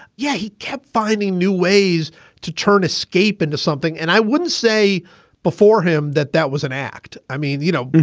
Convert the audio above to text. yeah, he kept finding new ways to turn escape into something. and i wouldn't say before him that that was an act. i mean, you know,